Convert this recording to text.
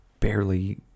barely